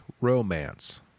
romance